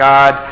God